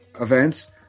events